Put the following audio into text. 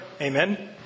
Amen